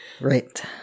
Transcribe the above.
Right